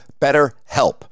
BetterHelp